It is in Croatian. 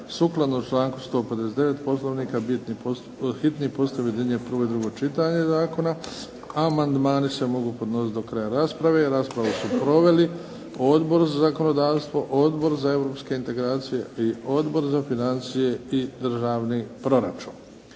Sukladno članku 159. Poslovnika, hitni postupak objedinjuje prvo i drugo čitanje zakona. Amandmani se mogu podnositi do kraja rasprave. Raspravu su proveli Odbor za zakonodavstvo, Odbor za europske integracije i Odbor za financije i državni proračun.